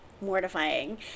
mortifying